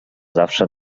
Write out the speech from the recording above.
zawsze